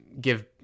give